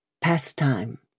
Pastime